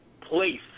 place